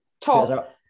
Top